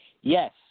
Yes